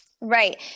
Right